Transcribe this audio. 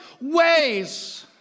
ways